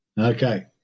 Okay